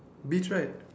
beach right